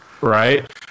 Right